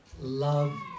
love